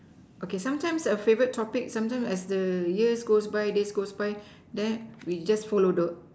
okay sometimes a favourite topic sometimes as the years goes by this goes by we just follow the